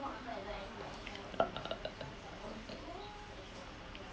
err